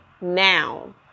now